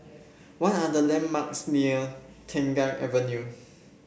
what are the landmarks near Tengah Avenue